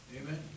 Amen